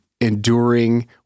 enduring